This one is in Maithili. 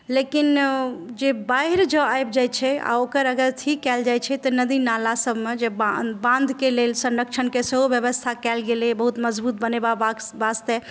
लेकिन जे बाढ़ि जँ आबि जाइत छै आ ओकर अगर अथी कयल जाइत छै तऽ नदी नालासभमे जे बाँधके लेल संरक्षणके लेल सेहो व्यवस्था कयल गेलै बहुत मजबूत बनेबा वास्ते